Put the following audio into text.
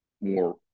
more